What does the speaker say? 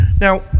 Now